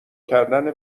کردن